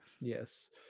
Yes